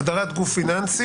הגדרת גוף פיננסי